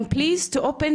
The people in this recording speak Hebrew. נעים להכיר,